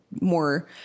more